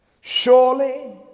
Surely